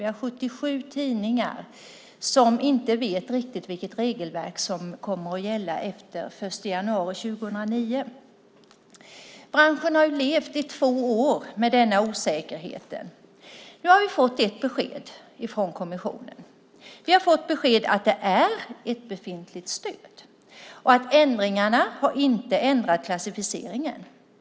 Vi har 77 tidningar som inte riktigt vet vilket regelverk som kommer att gälla efter den 1 januari 2009. Branschen har levt med denna osäkerhet i två år. Nu har vi fått ett besked från kommissionen att det är ett befintligt stöd och att ändringarna inte har ändrat klassificeringen.